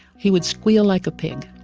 he would squeal like a pig.